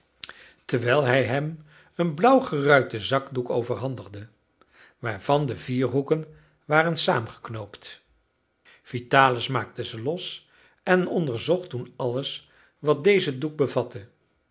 terwijl hij hem een blauw geruiten zakdoek overhandigde waarvan de vier hoeken waren saamgeknoopt vitalis maakte ze los en onderzocht toen alles wat deze doek bevatte